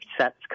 sets